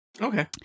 Okay